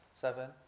Seven